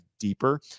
deeper